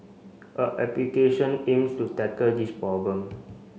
a application aims to tackle this problem